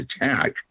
attack